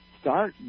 Start